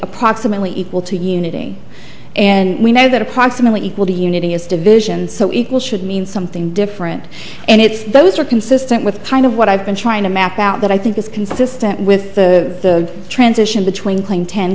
approximately equal to unity and we know that approximately equal to unity is division so equal should mean something different and it's those are consistent with kind of what i've been trying to map out that i think is consistent with the transition between claim ten